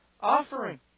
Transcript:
offering